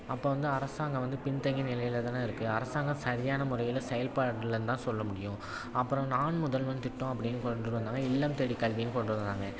அப்போ வந்து அரசாங்கம் வந்து பின் தங்கிய நிலையில் தானே இருக்குது அரசாங்கம் சரியான முறையில் செயல்படலன்னு தான் சொல்ல முடியும் அப்புறம் நான் முதல்வன் திட்டம் அப்படின்னு கொண்டுட்டு வந்தாங்க இல்லம் தேடிக் கல்வின்னு கொண்டு வந்தாங்க